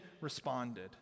responded